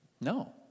No